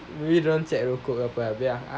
maybe dorang check rokok ke apa abeh aku